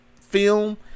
film